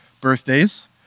birthdays